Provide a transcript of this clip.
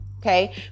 Okay